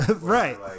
Right